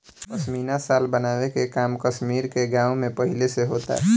पश्मीना शाल बनावे के काम कश्मीर के गाँव में पहिले से होता